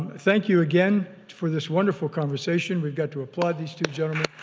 thank you again for this wonderful conversation. we've got to applaud these two gentlemen.